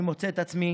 אני מוצא את עצמי